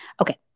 Okay